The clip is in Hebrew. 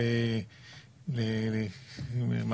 והדבר הכי בולט זה מה שקרה עם הדיון שלנו